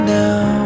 now